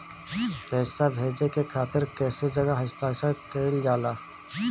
पैसा भेजे के खातिर कै जगह हस्ताक्षर कैइल जाला?